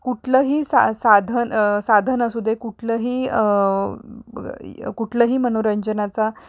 कुठलंही सा साधन साधन असू दे कुठलंही कुठलंही मनोरंजनाचा